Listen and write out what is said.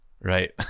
Right